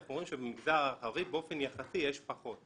אנחנו רואים שבמגזר הערבי באופן יחסי יש פחות,